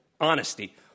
Honesty